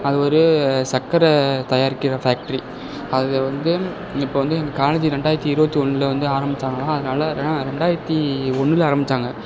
அது ஒரு சக்கரை தயாரிக்கிற ஃபேக்டரி அதில் வந்து இப்போ வந்து எனக்கு காலேஜி ரெண்டாயிரத்து இருபத் ஒன்றுல வந்து ஆரமிச்சாங்களா அதனால் ரெண்டாயிரத்து ஒன்றுல ஆரமிச்சாங்க